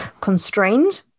constrained